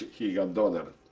he got daughter,